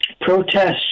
Protests